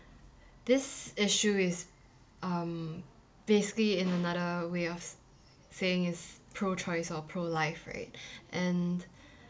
this issue is um basically in another way of s~ saying is pro choice or pro life right and